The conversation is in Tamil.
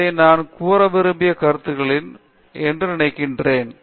இவை நான் கூற விரும்பிய கருத்துக்கள் என்று நினைக்கிறேன்